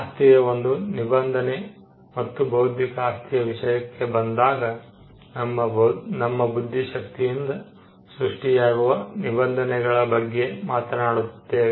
ಆಸ್ತಿಯು ಒಂದು ನಿಬಂಧನೆ ಮತ್ತು ಬೌದ್ಧಿಕ ಆಸ್ತಿಯ ವಿಷಯಕ್ಕೆ ಬಂದಾಗ ನಮ್ಮ ಬುದ್ಧಿ ಶಕ್ತಿಯಿಂದ ಸೃಷ್ಟಿಯಾಗುವ ನಿಬಂಧನೆಗಳ ಬಗ್ಗೆ ಮಾತನಾಡುತ್ತಿದ್ದೇವೆ